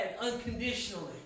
unconditionally